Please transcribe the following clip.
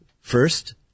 first